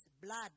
blood